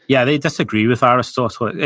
yeah, they disagree with aristotle.